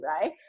right